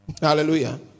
Hallelujah